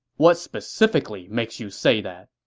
what specifically makes you say that?